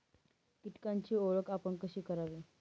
कीटकांची ओळख आपण कशी करावी?